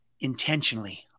intentionally